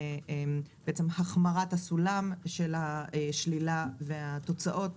בעצם החמרת הסולם של השלילה והתוצאות